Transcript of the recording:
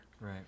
Right